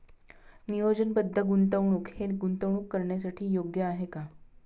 नियोजनबद्ध गुंतवणूक हे गुंतवणूक करण्यासाठी योग्य आहे का?